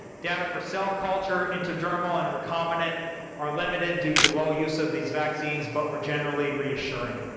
data for cell culture, intradermal and recombinant are limited due to low use of these vaccines, but were generally reassuring.